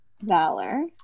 Valor